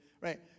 Right